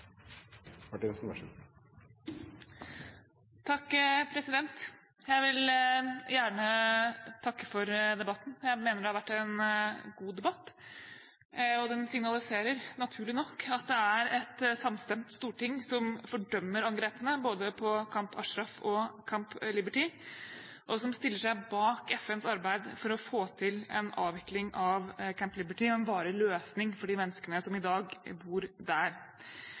Jeg vil gjerne takke for debatten. Jeg mener det har vært en god debatt, og den signaliserer, naturlig nok, at det er et samstemt storting som fordømmer angrepene, både på Camp Ashraf og på Camp Liberty, og som stiller seg bak FNs arbeid for å få til en avvikling av Camp Liberty og en varig løsning for de menneskene som i dag bor der.